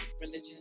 religion